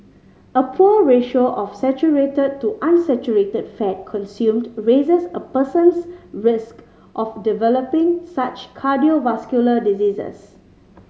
a poor ratio of saturated to unsaturated fat consumed raises a person's risk of developing such cardiovascular diseases